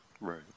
right